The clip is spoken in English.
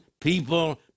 people